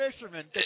Fisherman